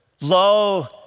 Lo